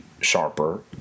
sharper